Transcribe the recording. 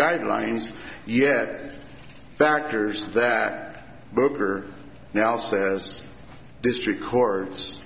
guidelines yet factors that booker now says district courts